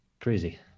crazy